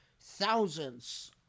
thousands